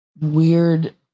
weird